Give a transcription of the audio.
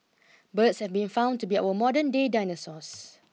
birds have been found to be our modernday dinosaurs